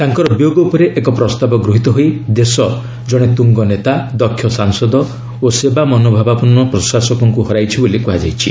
ତାଙ୍କର ବିୟୋଗ ଉପରେ ଏକ ପ୍ରସ୍ତାବ ଗୃହୀତ ହୋଇ ଦେଶ ଜଣେ ତୁଙ୍ଗନେତା ଦକ୍ଷ ସାଂସଦ ଓ ସେବା ମନୋଭାବାପନ୍ନ ପ୍ରଶାସକଙ୍କୁ ହରାଇଛି ବୋଲି କୁହାଯାଇଛି